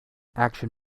action